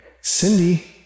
Cindy